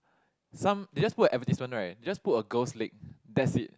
some they just put a advertisement right they saw put a girl's leg that's it